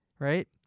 Right